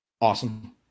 Awesome